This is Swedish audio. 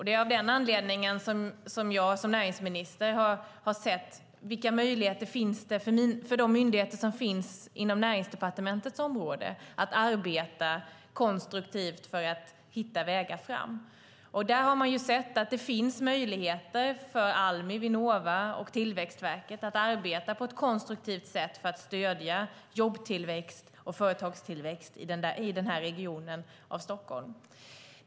Det är av den anledningen jag som näringsminister har sett vilka möjligheter det finns för de myndigheter som finns inom Näringsdepartementets område att arbeta konstruktivt för att hitta vägar fram. Där har man sett att det finns möjligheter för Almi, Vinnova och Tillväxtverket att arbeta på ett konstruktivt sätt för att stödja jobbtillväxt och företagstillväxt i den här regionen i Stockholm.